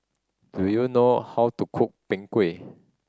do you know how to cook Png Kueh